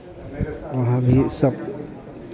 वहाँ भी सब